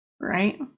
right